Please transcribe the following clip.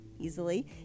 easily